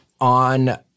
on